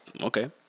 okay